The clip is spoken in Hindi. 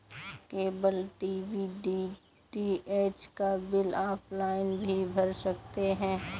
केबल टीवी डी.टी.एच का बिल ऑफलाइन भी भर सकते हैं